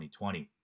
2020